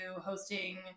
hosting